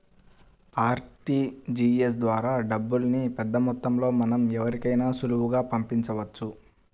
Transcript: RTGS ద్వారా డబ్బుల్ని పెద్దమొత్తంలో మనం ఎవరికైనా సులువుగా పంపించవచ్చు